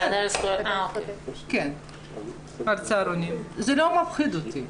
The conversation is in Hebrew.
הוועדה לזכויות --- זה לא מפחיד אותי.